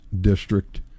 District